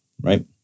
right